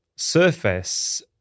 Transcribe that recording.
surface